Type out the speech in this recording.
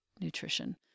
nutrition